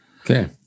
Okay